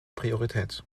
priorität